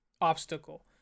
obstacle